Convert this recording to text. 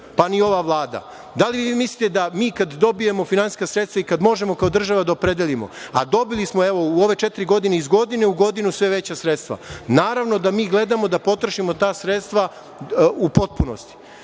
pa ni ova Vlada. Da li mislite da mi kada dobijemo finansijska sredstva i kada možemo kao država da opredelimo, a dobili smo u ove četiri godine iz godine u godinu sve veća sredstva. Naravno da mi gledamo da potrošimo ta sredstva u potpunosti.